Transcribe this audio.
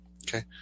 Okay